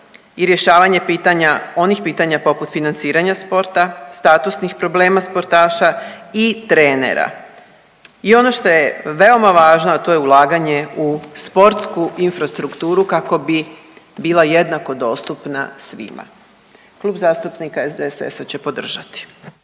i rješavanje pitanja onih pitanja poput financiranja sporta, statusnih problema sportaša i trenera. I ono što je veoma važno to je ulaganje u sportsku infrastrukturu kako bi bila jednako dostupna svima. Klub zastupnika SDSS-a će podržati.